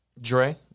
Dre